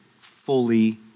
fully